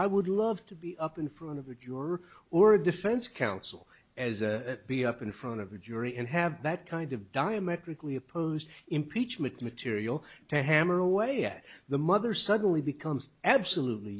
i would love to be up in front of a cure or a defense counsel as be up in front of a jury and have that kind of diametrically opposed impeachment material to hammer away at the mother suddenly becomes absolutely